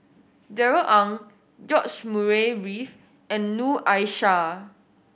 Darrell Ang George Murray Reith and Noor Aishah